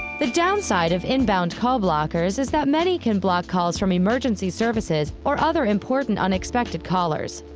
the downside of inbound call blockers is that many can block calls from emergency services or other important unexpected callers.